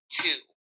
two